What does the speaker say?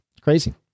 crazy